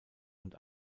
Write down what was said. und